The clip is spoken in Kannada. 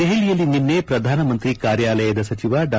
ದೆಹಲಿಯಲ್ಲಿ ನಿನ್ನೆ ಪ್ರಧಾನಮಂತ್ರಿ ಕಾರ್ಯಾಲಯದ ಸಚಿವ ಡಾ